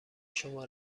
شما